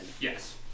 Yes